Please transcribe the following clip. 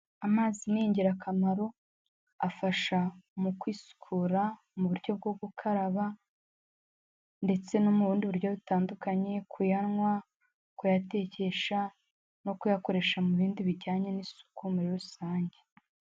Amazi ni ingirakamaro, afasha mu kwisukura mu buryo bwo gukaraba ndetse no mu bundi buryo butandukanye kuyanywa, kuyatekesha no kuyakoresha mu bindi bijyanye n'isuku muri rusange.